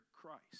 Christ